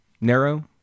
narrow